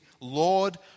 Lord